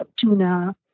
tuna